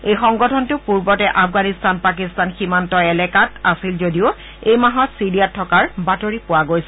এই সংগঠনটো পূৰ্বতে আফগানিস্তান পাকিস্তান সমীন্ত এলেকাত আছিল যদিও এই মাহত চিৰিয়াত থকাৰ বাতৰি পোৱা গৈছে